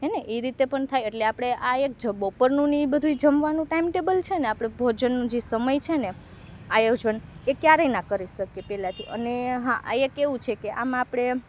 હેં ને તો એ રીતે પણ થાય એટલે આપણે આ એક જ બપોરનું ને એ જમવાનું ટાઈમ ટેબલ છે ને એ આપણે ભોજનનું જે સમય છે ને આયોજન એ ક્યારેય ના કરી શકીએ પહેલાથી અને હા આ એક એવું છે કે આમાં આપણે